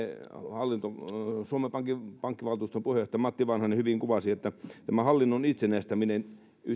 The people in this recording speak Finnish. suomen pankin pankkivaltuuston puheenjohtaja matti vanhanen hyvin kuvasi tämä hallinnon itsenäistäminen